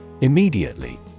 Immediately